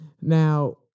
Now